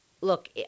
Look